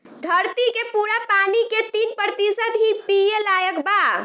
धरती के पूरा पानी के तीन प्रतिशत ही पिए लायक बा